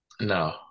No